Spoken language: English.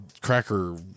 cracker